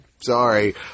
sorry